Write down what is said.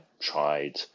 tried